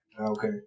Okay